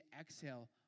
exhale